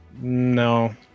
No